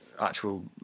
actual